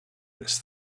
this